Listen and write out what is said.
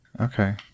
Okay